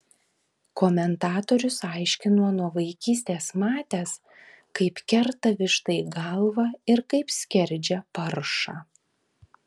komentatorius aiškino nuo vaikystės matęs kaip kerta vištai galvą ir kaip skerdžia paršą